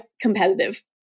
competitive